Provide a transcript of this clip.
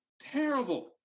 Terrible